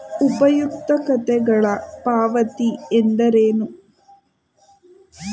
ಉಪಯುಕ್ತತೆಗಳ ಪಾವತಿ ಎಂದರೇನು?